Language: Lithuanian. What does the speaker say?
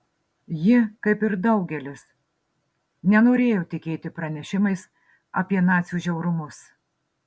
ji kaip ir daugelis nenorėjo tikėti pranešimais apie nacių žiaurumus